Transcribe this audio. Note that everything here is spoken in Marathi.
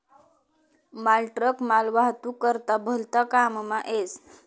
मालट्रक मालवाहतूक करता भलता काममा येस